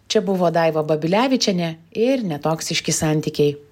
čia buvo daiva babilevičienė ir netoksiški santykiai